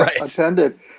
attended